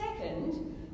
second